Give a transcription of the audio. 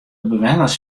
bewenners